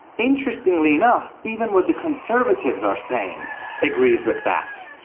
interestingly enough, even what the conservatives are saying agrees with that.